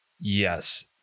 Yes